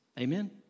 Amen